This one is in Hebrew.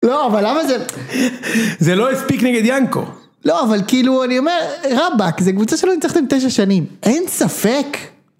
לא, אבל למה זה... זה לא אספיק נגד ינקו. לא, אבל כאילו, אני אומר, רבאק, זו קבוצה שלא ניצחת עם תשע שנים. אין ספק.